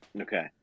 Okay